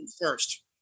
First